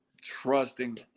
trusting